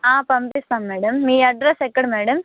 పంపిస్తాం మేడం మీ అడ్రస్ ఎక్కడ మేడం